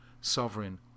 sovereign